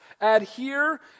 adhere